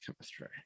chemistry